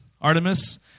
Artemis